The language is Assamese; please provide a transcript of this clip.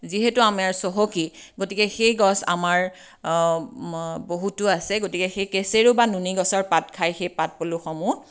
যিহেতু আমি চহকী গতিকে সেই গছ আমাৰ বহুতো আছে গতিকে সেই কেচেৰু বা নুনিগছৰ পাত খাই সেই পাটপলুসমূহ